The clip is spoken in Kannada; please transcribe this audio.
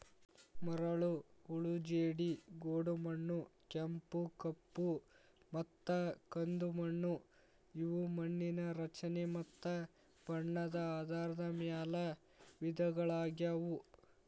ಮರಳು, ಹೂಳು ಜೇಡಿ, ಗೋಡುಮಣ್ಣು, ಕೆಂಪು, ಕಪ್ಪುಮತ್ತ ಕಂದುಮಣ್ಣು ಇವು ಮಣ್ಣಿನ ರಚನೆ ಮತ್ತ ಬಣ್ಣದ ಆಧಾರದ ಮ್ಯಾಲ್ ವಿಧಗಳಗ್ಯಾವು